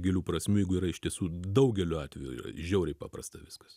gilių prasmių jeigu yra ištisų daugeliu atvejų žiauriai paprasta viskas